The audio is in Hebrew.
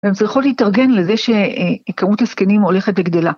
והם יצטרכו להתארגן לזה שאיכרות הזקנים הולכת וגדלה.